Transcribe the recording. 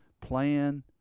plan